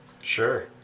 sure